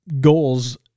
goals